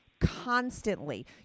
constantly